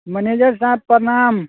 manager साहब प्रणाम